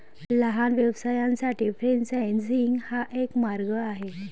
लहान व्यवसायांसाठी फ्रेंचायझिंग हा एक मार्ग आहे